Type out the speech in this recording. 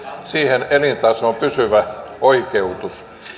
siihen elintasoon pysyvä oikeutus